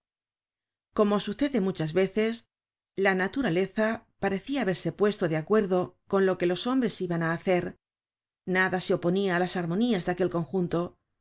como sucede muchas veces la naturaleza parecia haberse puesto de acuerdo con lo que los hombres iban á hacer nada se oponia á las armonías de aquel conjunto